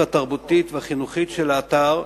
התרבותית והחינוכית של האתר,